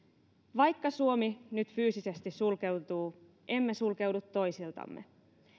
vaikka suomi nyt fyysisesti sulkeutuu emme sulkeudu toisiltamme